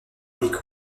avec